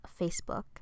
Facebook